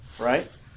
right